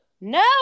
no